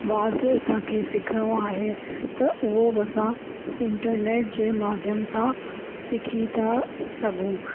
वाद्य असांखे सिखिणो आहे त उहो बि असां इंटरनेट जे माध्यम सां सिखी था सघूं